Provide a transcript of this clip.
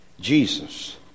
Jesus